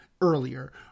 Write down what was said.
earlier